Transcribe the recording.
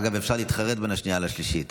אגב, אפשר להתחרט בין השנייה לשלישית,